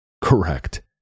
Correct